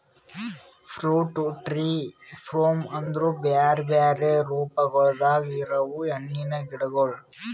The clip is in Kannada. ಫ್ರೂಟ್ ಟ್ರೀ ಫೂರ್ಮ್ ಅಂದುರ್ ಬ್ಯಾರೆ ಬ್ಯಾರೆ ರೂಪಗೊಳ್ದಾಗ್ ಇರವು ಹಣ್ಣಿನ ಗಿಡಗೊಳ್